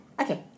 Okay